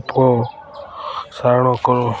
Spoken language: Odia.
ଅପସାରଣ କର